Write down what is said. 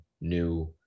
new